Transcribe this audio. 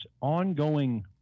ongoing